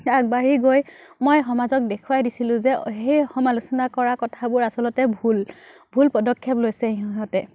আগবাঢ়ি গৈ মই সমাজক দেখুৱাই দিছিলোঁ যে সেই সমালোচনা কৰা কথাবোৰ আচলতে ভুল ভুল পদক্ষেপ লৈছে সিহঁতে